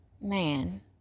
man